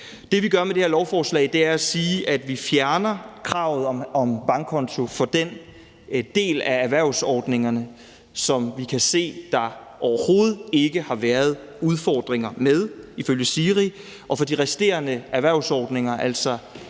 Det, vi gør med det her lovforslag, er at sige, at vi fjerner kravet om bankkonto for den del af erhvervsordningerne, som vi kan se der overhovedet ikke har været udfordringer med ifølge SIRI, og for de resterende erhvervsordninger, altså